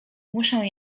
muszę